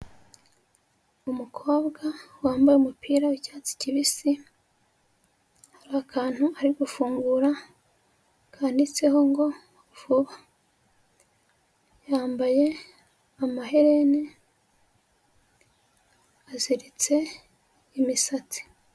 Umukobwa wambaye umupira w'icyatsi kibisi hari akantu ari gufungura kanditseho ngo vuba, yambaye amaherene aziritse imisatsi.